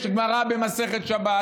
יש גמרא במסכת שבת,